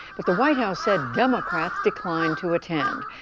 but the white house said democrats declined to attend.